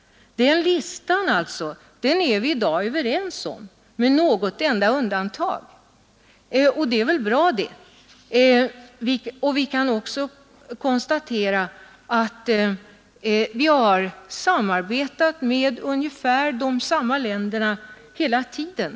Det är ju bra. Vi kan också konstatera att vi har samarbetat med ungefär samma länder hela tiden.